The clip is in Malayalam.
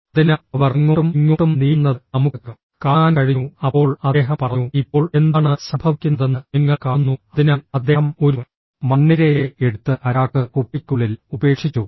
അതിനാൽ അവർ അങ്ങോട്ടും ഇങ്ങോട്ടും നീങ്ങുന്നത് നമുക്ക് കാണാൻ കഴിഞ്ഞു അപ്പോൾ അദ്ദേഹം പറഞ്ഞു ഇപ്പോൾ എന്താണ് സംഭവിക്കുന്നതെന്ന് നിങ്ങൾ കാണുന്നു അതിനാൽ അദ്ദേഹം ഒരു മണ്ണിരയെ എടുത്ത് അരാക്ക് കുപ്പിക്കുള്ളിൽ ഉപേക്ഷിച്ചു